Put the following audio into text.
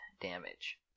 damage